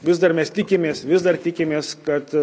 vis dar mes tikimės vis dar tikimės kad